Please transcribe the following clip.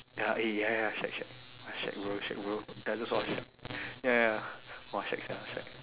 ya eh ya ya ya shag shag shag bro shag bro ya ya ya !wah! shag sia shag